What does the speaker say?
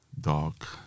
dark